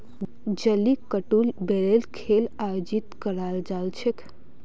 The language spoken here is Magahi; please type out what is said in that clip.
जलीकट्टूत बैलेर खेल आयोजित कराल जा छेक